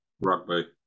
rugby